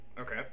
okay